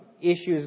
issues